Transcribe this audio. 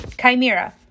Chimera